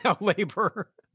labor